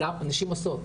נשים עושות,